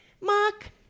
Mark